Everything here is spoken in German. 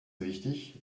wichtig